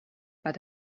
but